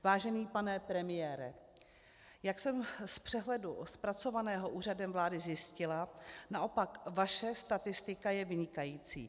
Vážený pane premiére, jak jsem z přehledu zpracovaného Úřadem vlády zjistila, naopak vaše statistika je vynikající.